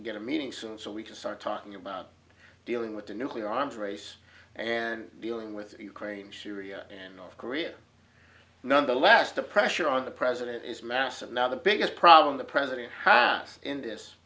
get a meeting soon so we can start talking about dealing with the nuclear arms race and dealing with ukraine syria and north korea nonetheless the pressure on the president is massive now the biggest problem the president has in this